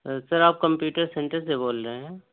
سر آپ computer centre سے بول رہے ہیں